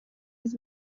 his